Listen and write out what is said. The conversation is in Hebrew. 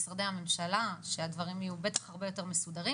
אנחנו מצפים ממשרדי הממשלה שהדברים יהיו בטח הרבה יותר מסודרים.